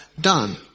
done